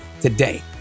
today